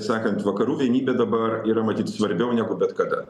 sakant vakarų vienybė dabar yra matyt svarbiau negu bet kada